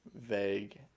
vague